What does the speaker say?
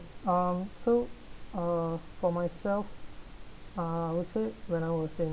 um so uh for myself uh I would say when I was in